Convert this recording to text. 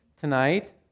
tonight